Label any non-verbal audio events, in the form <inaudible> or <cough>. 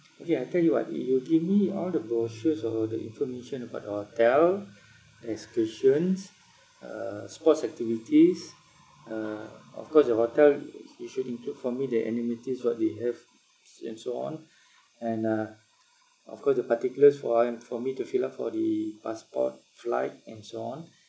okay I tell you what y~ you give me all the brochures or or the information about the hotel excursions uh uh sports activities uh of course the hotel <noise> it should include for me the amenities what they have s~ and so on and uh of course the particulars for um for me to fill up for the passport flight and so on